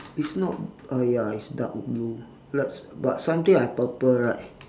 it's not uh ya it's dark blue like but something like purple right